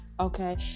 okay